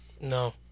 No